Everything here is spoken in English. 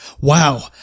wow